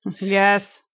Yes